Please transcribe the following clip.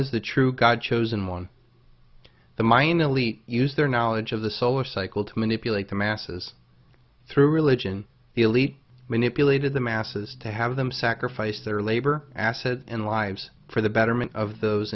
is the true god chosen one the mayan elite use their knowledge of the solar cycle to manipulate the masses through religion the elite manipulated the masses to have them sacrifice their labor asset and lives for the betterment of those